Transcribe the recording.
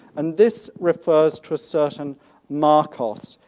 and this refers to a certain markos,